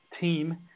team